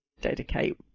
dedicate